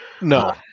No